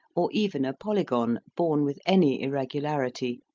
or even a polygon, born with any irregularity,